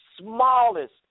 smallest